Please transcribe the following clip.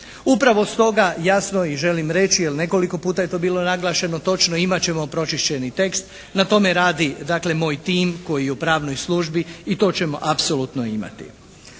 Upravo stoga jasno i želim reći jel' nekoliko puta je to bilo naglašeno, točno, imat ćemo pročišćeni tekst. Na tome radi dakle moj tim koji je u pravnoj službi i to ćemo apsolutno imati.